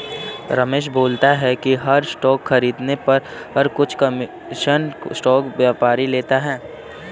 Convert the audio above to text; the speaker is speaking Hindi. रमेश बोलता है कि हर स्टॉक खरीदने पर कुछ कमीशन स्टॉक व्यापारी लेता है